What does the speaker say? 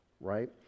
right